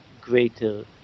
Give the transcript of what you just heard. greater